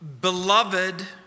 Beloved